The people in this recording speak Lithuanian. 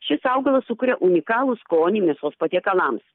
šis augalas sukuria unikalų skonį mėsos patiekalams